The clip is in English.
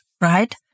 right